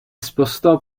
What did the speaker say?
spostò